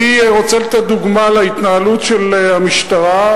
אני רוצה לתת דוגמה להתנהלות של המשטרה,